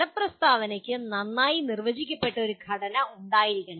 ഫല പ്രസ്താവനയ്ക്ക് നന്നായി നിർവചിക്കപ്പെട്ട ഒരു ഘടന ഉണ്ടായിരിക്കണം